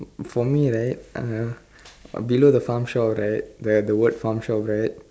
for me right uh below the farm shop right they have the word farm shop right